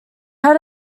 had